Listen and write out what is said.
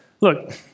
look